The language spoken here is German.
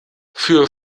für